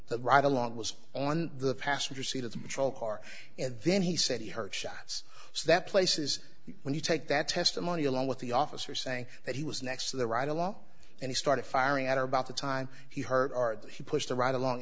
that ride along was on the passenger seat of the patrol car and then he said he heard shots so that places when you take that testimony along with the officer saying that he was next to the right along and he started firing at or about the time he heard our he pushed the right along